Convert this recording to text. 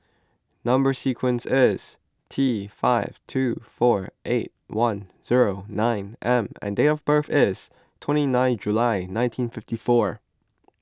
Number Sequence is T five two four eight one zero nine M and date of birth is twenty nine July nineteen fifty four